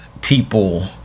people